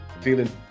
feeling